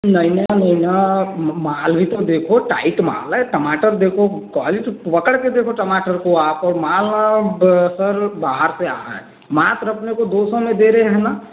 न माल भी तो देखो टाइट माल है टमाटर देखो क्वालिटी तो पकड़ के देखो टमाटर को आप और माल सर बाहर से आ रहा है मात्र अपने को दो सौ में दे रहे है न